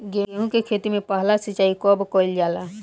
गेहू के खेती मे पहला सिंचाई कब कईल जाला?